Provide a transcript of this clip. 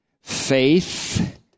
faith